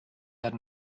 had